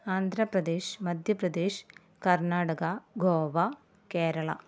Andhra Pradesh Madhya Pradesh Karnataka Goa Kerala